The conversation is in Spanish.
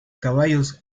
caballos